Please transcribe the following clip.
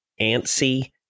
antsy